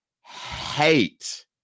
hate